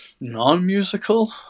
non-musical